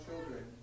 children